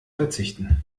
verzichten